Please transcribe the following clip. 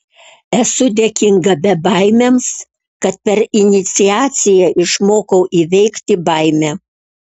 esu dėkinga bebaimiams kad per iniciaciją išmokau įveikti baimę